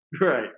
Right